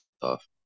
tough